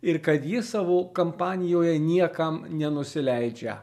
ir kad ji savo kampanijoje niekam nenusileidžia